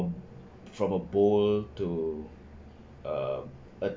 from a bowl to um a